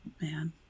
man